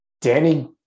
Danny